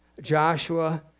Joshua